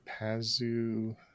Pazu